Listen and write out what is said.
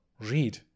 read